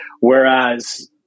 Whereas